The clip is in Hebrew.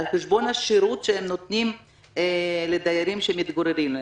על חשבון השירות שהם נותנים לדיירים שמתגוררים.